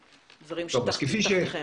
העתיד.